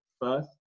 first